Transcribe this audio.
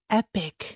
epic